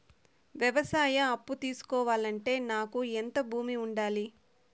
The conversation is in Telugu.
వ్యవసాయ అప్పు తీసుకోవాలంటే నాకు ఎంత భూమి ఉండాలి?